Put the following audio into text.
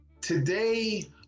Today